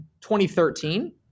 2013